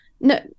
no